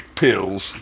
pills